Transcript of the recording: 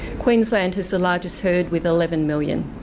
queensland has the largest herd with eleven million.